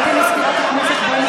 גברתי סגנית מזכירת הכנסת,